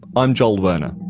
i'm joel werner